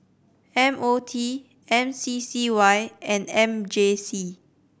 M O T M C C Y and M J C